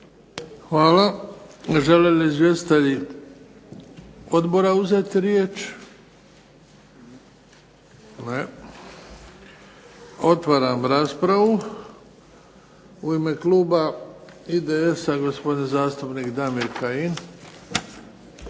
Hvala. Žele li izvjestitelji odbora uzeti riječ? Ne. Otvaram raspravu. U ime kluba IDS-a, gospodin zastupnik Damir Kajin.